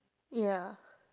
ya